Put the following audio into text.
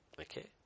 Okay